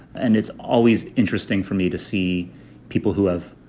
and it's always interesting for me to see people who have